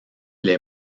les